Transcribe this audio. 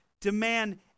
demand